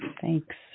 Thanks